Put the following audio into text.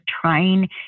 trying